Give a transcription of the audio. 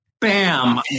Bam